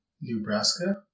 Nebraska